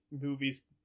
movies